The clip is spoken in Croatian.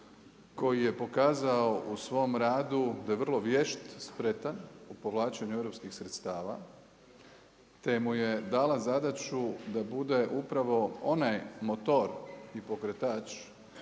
koji je pokazao u svom radu da je vrlo vješt, spretan u povlačenju europskih sredstava, te mu je dala zadaću da bude upravo onaj motor i pokretač